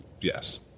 Yes